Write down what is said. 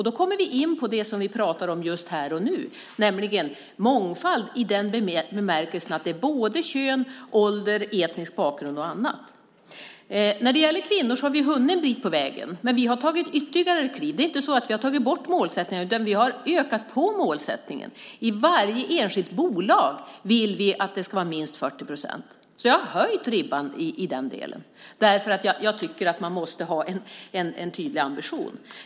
Då kommer vi in på det som vi pratar om just här och nu, nämligen mångfald i den bemärkelsen att det är både kön, ålder, etnisk bakgrund och annat. När det gäller kvinnor har vi hunnit en bit på vägen, men vi har tagit ytterligare ett kliv. Vi har inte tagit bort målsättningen, utan vi har ökat på målsättningen. I varje enskilt bolag vill vi att det ska vara minst 40 procent. Vi har höjt ribban i den delen, därför att jag tycker att man måste ha en tydlig ambition.